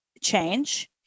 change